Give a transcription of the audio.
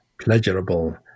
pleasurable